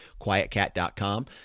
quietcat.com